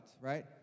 right